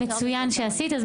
מצוין שעשית.